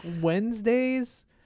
wednesdays